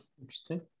interesting